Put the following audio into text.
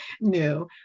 new